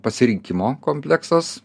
pasirinkimo kompleksas